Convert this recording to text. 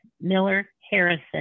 Miller-Harrison